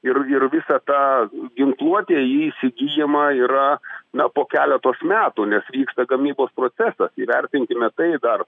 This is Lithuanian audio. ir ir visa ta ginkluotė ji įsigyjama yra na po keletos metų nes vyksta gamybos procesas įvertinkime tai dar